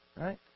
right